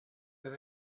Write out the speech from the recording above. that